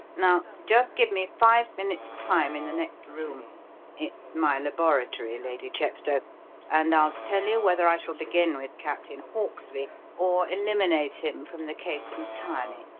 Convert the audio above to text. now, just give me five minutes' time in the next room it's my laboratory, lady chepstow and i'll tell you whether i shall begin with captain hawksley or eliminate him from the case entirely.